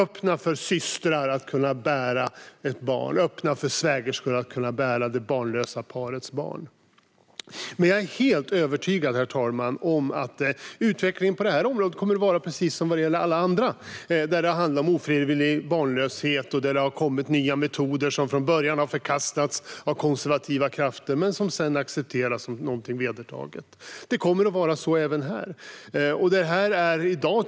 Vi skulle kunna öppna för systrar och svägerskor att kunna bära det barnlösa parets barn. Jag är helt övertygad, herr talman, om att utvecklingen på det här området kommer att vara på samma sätt som alla andra gånger det har handlat om ofrivillig barnlöshet och nya metoder har kommit som från början har förkastats av konservativa krafter men sedan har accepterats som någonting vedertaget. Det kommer att vara så även denna gång.